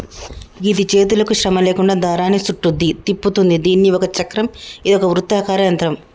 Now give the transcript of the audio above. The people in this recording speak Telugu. గిది చేతులకు శ్రమ లేకుండా దారాన్ని సుట్టుద్ది, తిప్పుతుంది దీని ఒక చక్రం ఇదొక వృత్తాకార యంత్రం